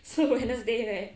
so wednesday leh